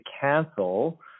cancel